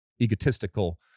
egotistical